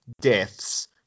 deaths